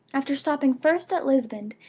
after stopping first at lisbon,